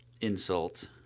insult